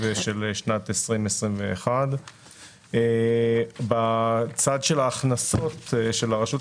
של שנת 2021. בצד של ההכנסות של הרשות,